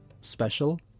Special